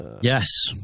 Yes